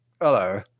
hello